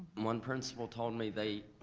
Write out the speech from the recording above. one principal told me they,